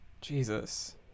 Jesus